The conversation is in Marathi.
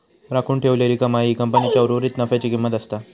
राखून ठेवलेली कमाई ही कंपनीच्या उर्वरीत नफ्याची किंमत असता